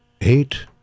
Eight